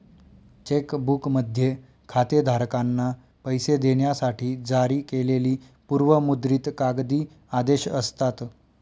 check बुकमध्ये खातेधारकांना पैसे देण्यासाठी जारी केलेली पूर्व मुद्रित कागदी आदेश असतात